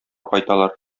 кайталар